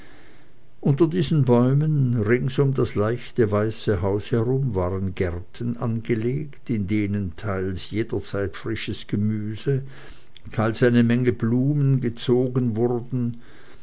unter diesen bäumen rings um das leichte weiße haus herum waren gärten angelegt in denen teils jederzeit frisches gemüse teils eine menge blumen gezogen wurden